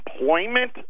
employment